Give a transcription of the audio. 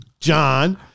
john